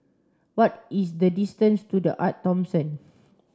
what is the distance to The Arte Thomson